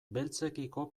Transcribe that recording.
beltzekiko